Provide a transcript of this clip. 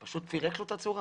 פשוט פירק לו את הצורה.